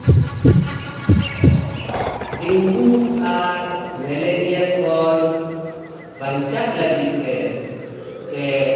ᱰᱤᱝᱜᱩ ᱟᱨ ᱢᱮᱞᱮᱨᱤᱭᱟᱹ ᱠᱷᱚᱱ ᱵᱟᱧᱪᱟᱜ ᱞᱟᱹᱜᱤᱫ ᱛᱮ ᱥᱮ